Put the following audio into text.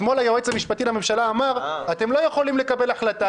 אתמול היועץ המשפטי לממשלה אמר: אתם לא יכולים לקבל החלטה,